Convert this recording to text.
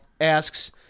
asks